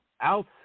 out